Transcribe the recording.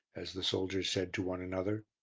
as the soldiers said to one another.